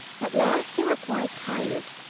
at last they were quite tired,